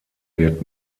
wird